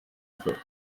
fruit